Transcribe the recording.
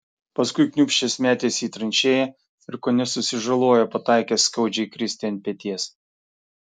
paskui kniūbsčias metėsi į tranšėją ir kone susižalojo pataikęs skaudžiai kristi ant peties